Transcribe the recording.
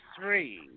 three